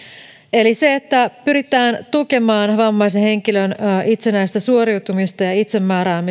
se että pyritään tukemaan vammaisen henkilön itsenäistä suoriutumista ja